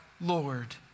Lord